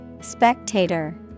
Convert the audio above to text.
Spectator